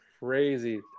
Crazy